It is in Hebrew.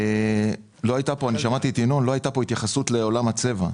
לא הייתה פה התייחסות לעולם הצבע.